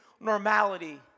normality